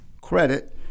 credit